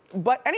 but and